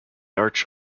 arch